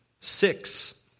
Six